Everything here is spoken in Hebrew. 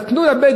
אז תנו לבית-הדין,